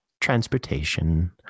transportation